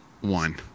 One